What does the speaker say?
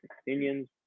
opinions